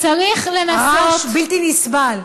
צריך לנסות, הרעש בלתי נסבל.